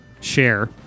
share